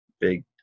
big